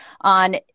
on